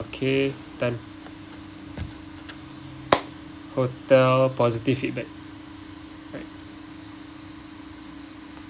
okay done hotel positive feedback